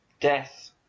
death